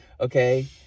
Okay